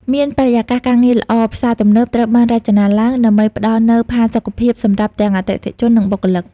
មានបរិយាកាសការងារល្អ ផ្សារទំនើបត្រូវបានរចនាឡើងដើម្បីផ្ដល់នូវផាសុកភាពសម្រាប់ទាំងអតិថិជន និងបុគ្គលិក។